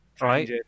Right